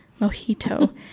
mojito